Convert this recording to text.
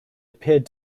appeared